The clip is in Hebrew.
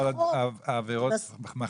על עבירות מחמירות שנתיים מאסר.